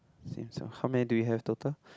seems ah how many do you have total